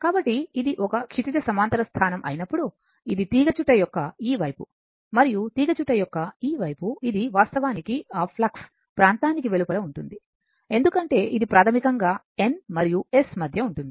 కాబట్టి ఇది ఒక క్షితిజ సమాంతర స్థానం అయినప్పుడు ఇది తీగచుట్ట యొక్క ఈ వైపు మరియు తీగచుట్ట యొక్క ఈ వైపు ఇది వాస్తవానికి ఆ ఫ్లక్స్ ప్రాంతానికి వెలుపల ఉంటుంది ఎందుకంటే ఇది ప్రాథమికంగా N మరియు S మధ్య ఉంటుంది